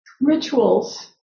rituals